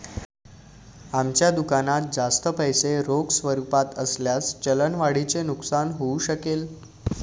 आमच्या दुकानात जास्त पैसे रोख स्वरूपात असल्यास चलन वाढीचे नुकसान होऊ शकेल